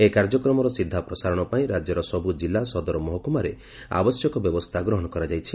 ଏହି କାର୍ଯ୍ୟକ୍ରମର ସିଧା ପ୍ରସାରଣ ପାଇଁ ରାଜ୍ୟର ସବୁ ଜିଲ୍ଲା ସଦର ମହକୁମାରେ ଆବଶ୍ୟକ ବ୍ୟବସ୍ଥା ଗ୍ରହଣ କରାଯାଇଛି